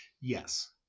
Yes